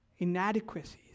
Inadequacies